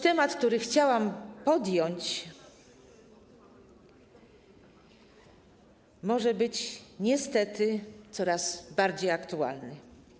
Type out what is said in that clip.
Temat, który chciałam podjąć, może być niestety coraz bardziej aktualny.